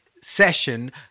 session